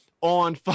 on